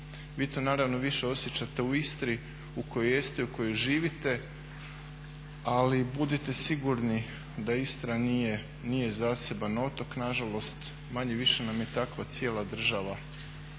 Vi to naravno više osjećate u Istri u kojoj jeste, u kojoj živite, ali budite sigurni da Istra nije zaseban otok nažalost. Manje-više nam je takva cijela država